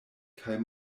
kaj